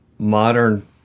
modern